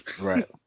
Right